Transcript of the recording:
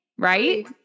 Right